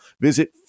Visit